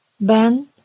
Ben